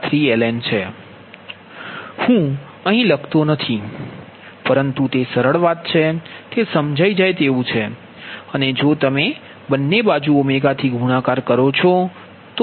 હું અહીં લખતો નથી પરંતુ તે સરળ વાત છે તે સમજાઇ જય તેવુ છે અને જો તમે બંને બાજુ ઓમેગાથી ગુણાકાર કરો છો